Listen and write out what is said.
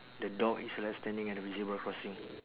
the dog is like standing at the zebra crossing